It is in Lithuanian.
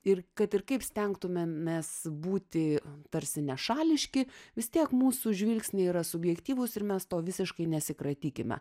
ir kad ir kaip stengtumėmės būti tarsi nešališki vis tiek mūsų žvilgsniai yra subjektyvūs ir mes to visiškai nesikratykime